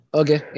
okay